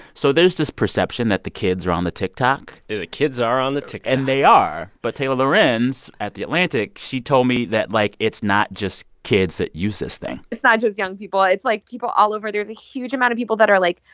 so there's this perception that the kids are on the tiktok the kids are on the tiktok and they are. but taylor lorenz at the atlantic she told me that, like, it's not just kids that use this thing it's not ah just young people. it's, like, people all over. there's a huge amount of people that are, like,